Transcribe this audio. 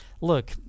look